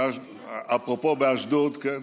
אפרופו אשדוד, כן,